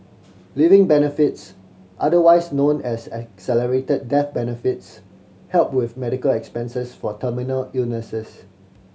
living benefits otherwise known as accelerated death benefits help with medical expenses for terminal illnesses